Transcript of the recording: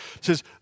says